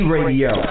Radio